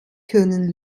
können